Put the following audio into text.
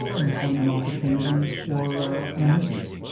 employment opportunities or amenities.